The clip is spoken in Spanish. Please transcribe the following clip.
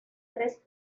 tres